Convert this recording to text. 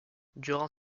durant